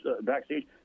backstage